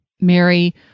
Mary